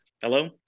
hello